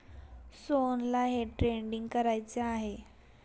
सोहनला day trading करायचे आहे